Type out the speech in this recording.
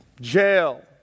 jail